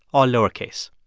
all lowercase.